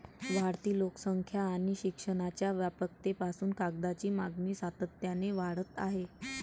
वाढती लोकसंख्या आणि शिक्षणाच्या व्यापकतेपासून कागदाची मागणी सातत्याने वाढत आहे